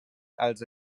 also